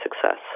success